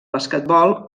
basquetbol